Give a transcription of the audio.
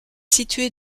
situé